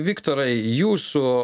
viktorai jūsų